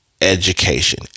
education